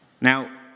Now